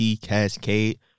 Cascade